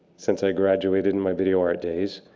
since i graduated in my video art days.